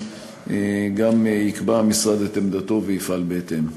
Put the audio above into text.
גם יקבע המשרד את עמדתו ויפעל בהתאם.